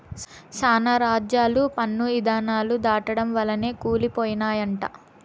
శానా రాజ్యాలు పన్ను ఇధానాలు దాటడం వల్లనే కూలి పోయినయంట